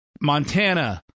Montana